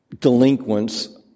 delinquents